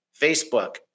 Facebook